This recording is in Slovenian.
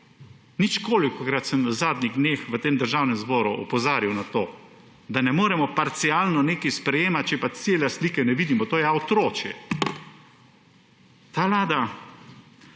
Ničkolikokrat sem v zadnjih dneh v tem državnem zboru opozarjal na to, da ne moremo parcialno nekaj sprejemati, če pa cele slike ne vidimo. To je ja otročje. Ta vlada,